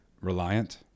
reliant